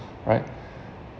right